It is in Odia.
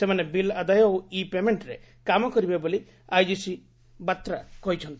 ସେମାନେ ବିଲ୍ ଆଦାୟ ଓ ଇପେମେଷ୍ଟରେ କାମ କରିବେ ବୋଲି ଆଇଜି ବୋଥ୍ରା କହିଚ୍ଚନ୍ତି